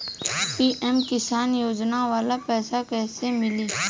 PM किसान योजना वाला पैसा कईसे मिली?